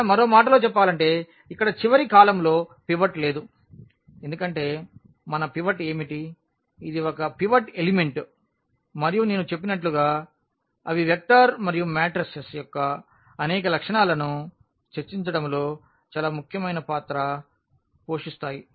లేదా మరో మాటలో చెప్పాలంటే ఇక్కడ చివరి కాలమ్లో పివట్ లేదు ఎందుకంటే మన పివట్ ఏమిటి ఇది ఒక పివట్ ఎలిమెంట్ మరియు నేను చెప్పినట్లుగా అవి వెక్టర్ మరియు మాట్రెస్ యొక్క అనేక లక్షణాలను చర్చించడంలో చాలా ముఖ్యమైన పాత్ర పోషిస్తాయి